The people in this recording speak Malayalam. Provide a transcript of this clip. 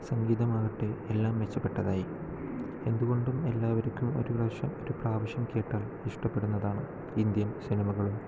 സംഗീതമാകട്ടെ എല്ലാം മെച്ചപ്പെട്ടതായി എന്തുകൊണ്ടും എല്ലാവർക്കും ഒരു പ്രാവശ്യം ഒരു പ്രാവശ്യം കേട്ടാൽ ഇഷ്ടപ്പെടുന്നതാണ് ഇന്ത്യൻ സിനിമകളും